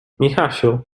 michasiu